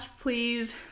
please